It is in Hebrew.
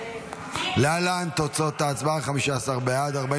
לוועדה את הצעת חוק